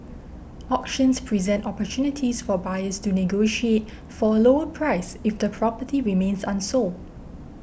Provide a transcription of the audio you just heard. auctions present opportunities for buyers to negotiate for a lower price if the property remains unsold